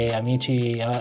amici